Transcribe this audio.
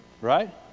Right